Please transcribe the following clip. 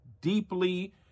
deeply